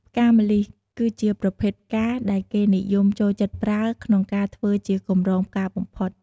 ផ្កាម្លិះ គឺជាប្រភេទផ្កាដែលគេនិយមចូលចិត្តប្រើ ក្នុងការធ្វើជាកម្រងផ្កាបំផុត។